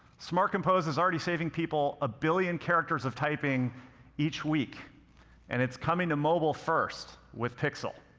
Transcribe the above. smart compose is already saving people a billion characters of typing each week and it's coming to mobile first with pixel.